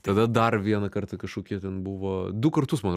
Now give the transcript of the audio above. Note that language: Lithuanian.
tada dar vieną kartą kažkokie ten buvo du kartus man